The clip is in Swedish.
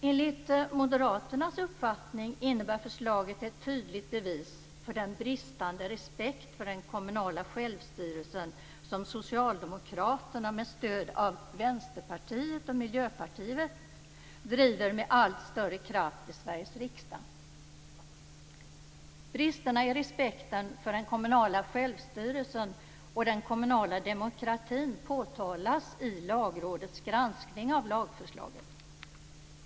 Enligt Moderaternas uppfattning är förslaget ett tydligt bevis för den bristande respekt för den kommunala självstyrelsen som Socialdemokraterna med stöd av Vänsterpartiet och Miljöpartiet driver med allt större kraft i Sveriges riksdag. Bristerna i respekten för den kommunala självstyrelsen och den kommunala demokratin påtalas i Lagrådets granskning av lagförslaget.